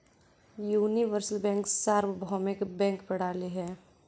universal bank सार्वभौमिक bank प्रणाली है